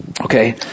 Okay